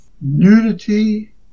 nudity